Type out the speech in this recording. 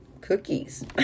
cookies